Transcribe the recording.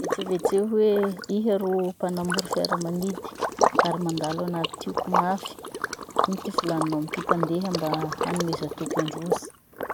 Vetsevetseo hoe iha ro mpanamory fiaramanidy ary mandalo ao anaty tioky mafy. Ino ty volaninao amy ty mpandeha mba hanomeza toky androzy?